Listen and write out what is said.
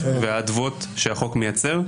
והאדוות שהחוק מייצר.